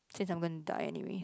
since I'm going to die anyway